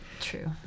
True